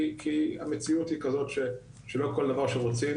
כי המציאות היא כזאת שלא כל דבר שרוצים